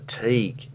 fatigue